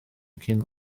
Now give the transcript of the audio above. cyn